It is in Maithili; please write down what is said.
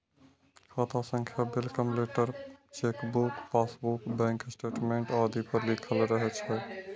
खाता संख्या welcome letter, chequebook, passbook, bank statement आदि पर लिखल रहै छै